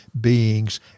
beings